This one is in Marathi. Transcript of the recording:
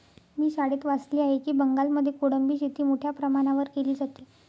मी शाळेत वाचले आहे की बंगालमध्ये कोळंबी शेती मोठ्या प्रमाणावर केली जाते